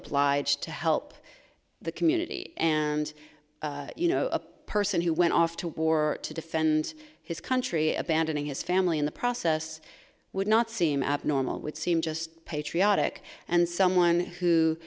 obliged to help the community and you know a person who went off to war to defend his country abandoning his family in the process would not seem abnormal would seem just patriotic and someone who